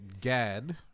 Gad